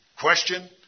question